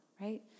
right